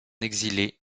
exilé